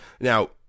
Now